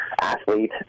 athlete